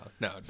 no